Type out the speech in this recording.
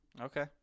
Okay